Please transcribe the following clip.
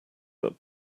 that